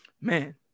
man